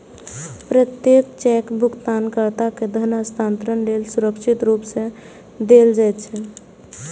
प्रत्येक चेक भुगतानकर्ता कें धन हस्तांतरण लेल सुरक्षित रूप सं देल जाइ छै